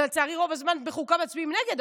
לצערי רוב הזמן בחוקה מצביעים נגד,